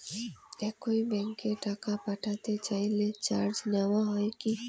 একই ব্যাংকে টাকা পাঠাতে চাইলে চার্জ নেওয়া হয় কি?